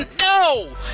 No